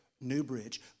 Newbridge